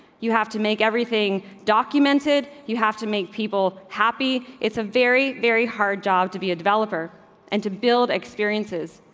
you have to make everything documented. you have to make people happy. it's a very, very hard job to be a developer and to build experiences.